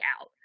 out